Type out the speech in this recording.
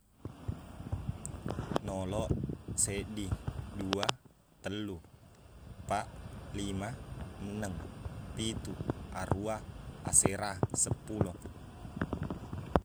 Noloq seddi dua tellu eppaq lima enneng pitu aruwa asera seppulo